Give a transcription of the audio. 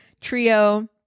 trio